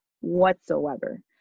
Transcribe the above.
whatsoever